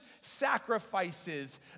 sacrifices